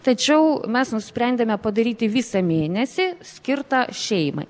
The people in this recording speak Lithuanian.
tačiau mes nusprendėme padaryti visą mėnesį skirtą šeimai